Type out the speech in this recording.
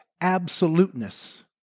absoluteness